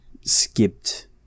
skipped